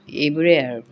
এইবোৰে আৰু